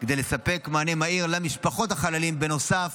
כדי לספק מענה מהיר למשפחות החללים נוסף